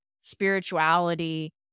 spirituality